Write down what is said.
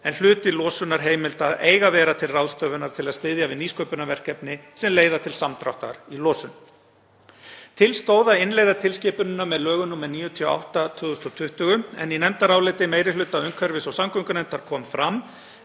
en hluti losunarheimilda eiga að vera til ráðstöfunar til að styðja við nýsköpunarverkefni sem leiða til samdráttar í losun. Til stóð að innleiða tilskipunina með lögum nr. 98/2020, en í nefndaráliti meiri hluta umhverfis- og samgöngunefndar kom fram